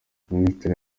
ministre